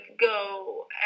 go